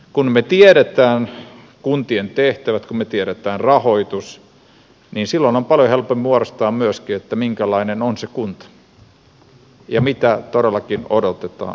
kun me tiedämme kuntien tehtävät kun me tiedämme rahoituksen niin silloin on paljon helpompi muodostaa myöskin se minkälainen on se kunta ja mitä todellakin odotetaan